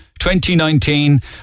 2019